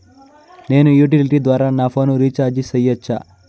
నేను యుటిలిటీ ద్వారా నా ఫోను రీచార్జి సేయొచ్చా?